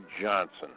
Johnson